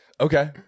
Okay